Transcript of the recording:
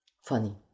funny